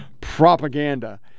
propaganda